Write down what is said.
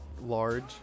large